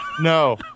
no